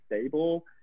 stable